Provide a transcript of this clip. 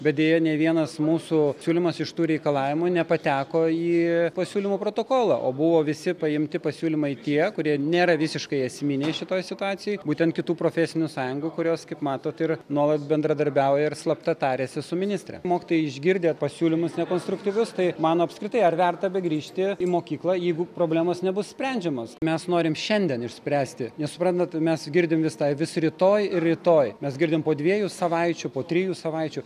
bet deja nė vienas mūsų siūlymas iš tų reikalavimų nepateko į pasiūlymų protokolą o buvo visi paimti pasiūlymai tie kurie nėra visiškai esminiai šitoj situacijoj būtent kitų profesinių sąjungų kurios kaip matot ir nuolat bendradarbiauja ir slapta tariasi su ministre mokytojai išgirdę pasiūlymus nekonstruktyvius tai mano apskritai ar verta begrįžti į mokyklą jeigu problemos nebus sprendžiamos mes norim šiandien išspręsti nes suprantat mes girdim vis tą vis rytoj ir rytoj mes girdime po dviejų savaičių po trijų savaičių